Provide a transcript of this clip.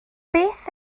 beth